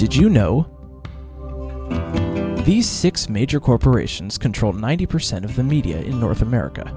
did you know these six major corporations control ninety percent of the media in north america